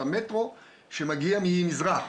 של המטרו שמגיע ממזרח,